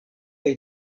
kaj